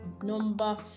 Number